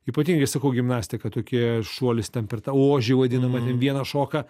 ypatingai sakau gimnastika tokie šuolis ten per tą ožį vadinamą ten vienas šoka